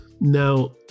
now